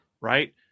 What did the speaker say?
right